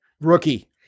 rookie